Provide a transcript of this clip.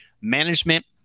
management